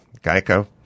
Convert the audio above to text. Geico